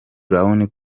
brown